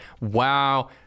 wow